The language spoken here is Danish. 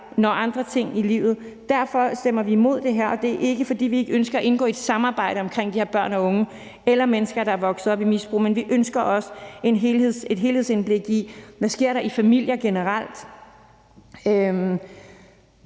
sker andre ting i livet? Derfor stemmer vi imod det her, og det er ikke, fordi vi ikke ønsker at indgå i et samarbejde om de her børn og unge eller mennesker, der er vokset op i misbrug. Men vi ønsker også et helhedsindblik i, hvad der sker i familier generelt.